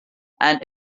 and